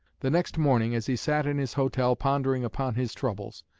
the next morning, as he sat in his hotel pondering upon his troubles,